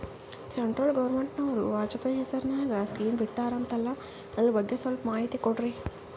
Central ಗವರ್ನಮೆಂಟನವರು ವಾಜಪೇಯಿ ಹೇಸಿರಿನಾಗ್ಯಾ scheme ಬಿಟ್ಟಾರಂತಲ್ಲ ಅದರ ಬಗ್ಗೆ ಸ್ವಲ್ಪ ಮಾಹಿತಿ ಕೊಡ್ರಿ?